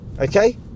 okay